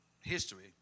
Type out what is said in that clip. history